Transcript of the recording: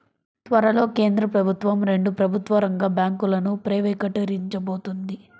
త్వరలో కేంద్ర ప్రభుత్వం రెండు ప్రభుత్వ రంగ బ్యాంకులను ప్రైవేటీకరించబోతోంది